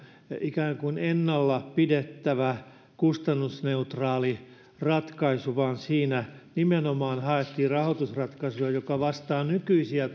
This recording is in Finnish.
ikään kuin ennallaan pidettävä kustannusneutraali ratkaisu vaan siinä nimenomaan haettiin rahoitusratkaisua joka vastaa nykyisiä